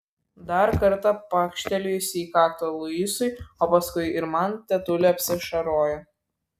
dar kartą pakštelėjusi į kaktą luisui o paskui ir man tetulė apsiašaroja